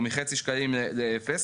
או מחצי שקל לאפס,